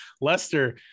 Lester